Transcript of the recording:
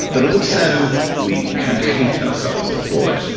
but also we kind of hate ourselves for it.